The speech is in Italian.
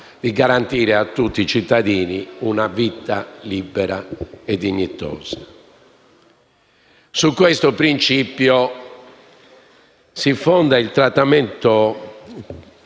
di garantire a tutti i cittadini una vita libera e dignitosa. Su questo principio si fonda anche il trattamento